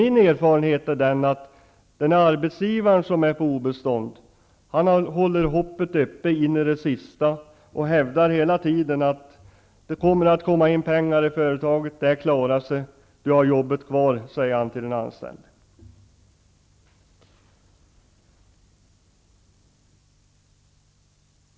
Min erfarenhet är att den arbetsgivare som är på obestånd håller hoppet uppe in i det sista och hävdar att det skall komma in pengar i företaget, att det klarar sig och att den anställde har jobbet kvar.